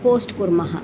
post कुर्मः